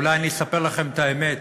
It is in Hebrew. אולי אני אספר לכם את האמת,